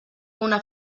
una